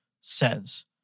says